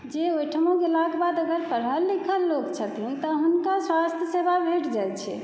जे ओहिठमा गेलाके बाद अगर पढ़ल लिखल लोक छथिन तऽ हुनका स्वास्थ्य सेवा भेट जाइ छै